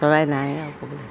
চৰাই নাই আৰু ক'বলৈ